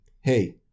hey